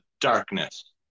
darkness